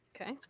Okay